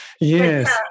yes